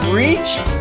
reached